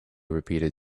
repeated